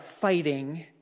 fighting